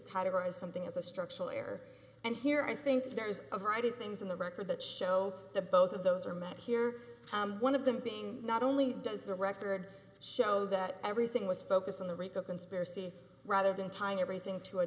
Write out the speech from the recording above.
categorize something as a structural error and here i think there is a variety of things in the record that show that both of those are met here one of them being not only does the record show that everything was focused on the rico conspiracy rather than tying everything to a